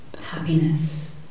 happiness